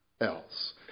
else